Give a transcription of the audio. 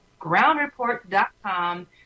groundreport.com